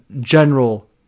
general